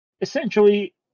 essentially